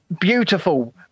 beautiful